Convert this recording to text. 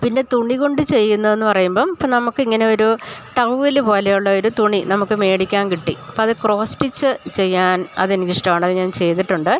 പിന്നെ തുണി കൊണ്ട് ചെയ്യുന്നത് എന്ന് പറയുമ്പം ഇപ്പം നമുക്ക് ഇങ്ങനെ ഒരു ടൗവല് പോലെയുള്ള ഒരു തുണി നമുക്ക് മേടിക്കാൻ കിട്ടി അപ്പം അത് ക്രോസ് സ്റ്റിച്ച് ചെയ്യാൻ അത് എനിക്ക് ഇഷ്ടമാണ് അത് ഞാൻ ചെയ്തിട്ടുണ്ട്